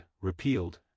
repealed